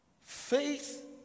Faith